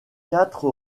quatre